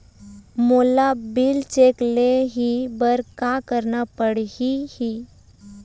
मोला bill check ले हे बर का करना पड़ही ही?